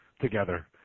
together